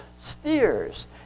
spheres